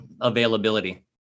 availability